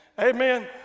Amen